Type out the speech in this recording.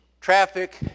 traffic